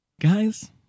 Guys